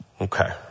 Okay